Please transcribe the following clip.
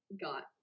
got